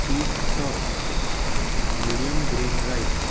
cheese sauce medium green rice